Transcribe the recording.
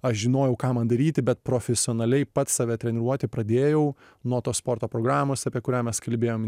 aš žinojau ką man daryti bet profesionaliai pats save treniruoti pradėjau nuo tos sporto programos apie kurią mes kalbėjom